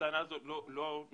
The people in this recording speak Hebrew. הטענה הזאת לא הועלתה.